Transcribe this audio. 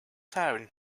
town